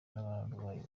by’abarwayi